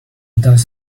does